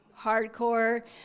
hardcore